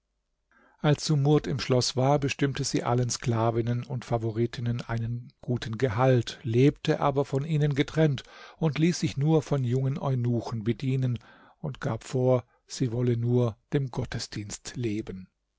als sumurd im schloß war bestimmte sie allen sklavinnen und favoritinnen einen guten gehalt lebte aber von ihnen getrennt ließ sich nur von jungen eunuchen bedienen und gab vor sie wolle nur dem gottesdienst leben